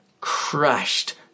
crushed